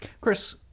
Chris